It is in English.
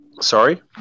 Sorry